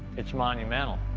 it's monumental.